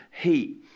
heat